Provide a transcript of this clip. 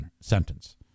sentence